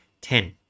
ten